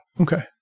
Okay